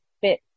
fit